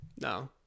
No